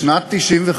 בשנת 1995